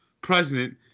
president